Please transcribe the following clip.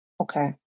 Okay